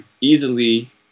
easily